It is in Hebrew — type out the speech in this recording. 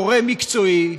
גורם מקצועי,